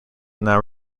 now